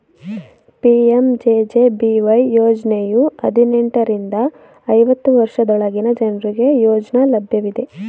PMJJBY ಯೋಜ್ನಯು ಹದಿನೆಂಟು ರಿಂದ ಐವತ್ತು ವರ್ಷದೊಳಗಿನ ಜನ್ರುಗೆ ಯೋಜ್ನ ಲಭ್ಯವಿದೆ